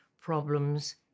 problems